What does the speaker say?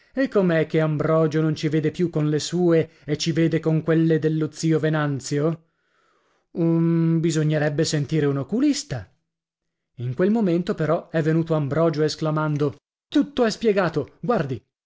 e com'è che ambrogio non ci vede più con le sue e ci vede con quelle dello zio venanzio uhm bisognerebbe sentire un oculista in quel momento però è venuto ambrogio esclamando tutto è spiegato guardi